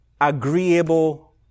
agreeable